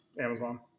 Amazon